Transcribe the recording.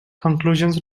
conclusions